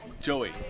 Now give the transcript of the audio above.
Joey